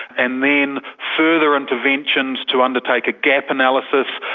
and then further interventions to undertake a gap analysis,